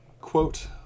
Quote